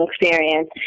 experience